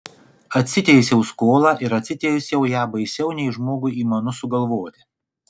atsiteisiau skolą ir atsiteisiau ją baisiau nei žmogui įmanu sugalvoti